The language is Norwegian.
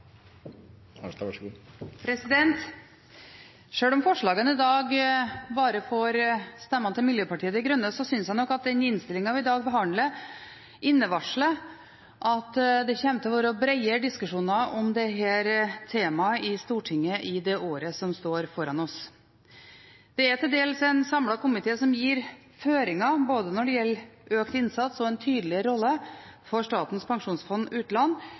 Sjøl om forslagene i dag bare får stemmene til Miljøpartiet De Grønne, synes jeg nok at den innstillingen vi i dag behandler, innevarsler at det kommer til å være bredere diskusjoner om dette temaet i Stortinget i det året som står foran oss. Det er til dels en samlet komité som gir føringer når det gjelder både økt innsats og en tydelig rolle for Statens pensjonsfond utland